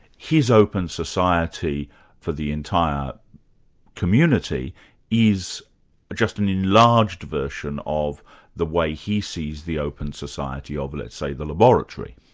his open society for the entire community is just an enlarged version of of the way he sees the open society of, let's say, the laboratory.